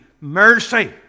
Mercy